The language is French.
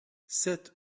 sept